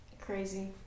Crazy